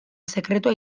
sekretua